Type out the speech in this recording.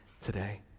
today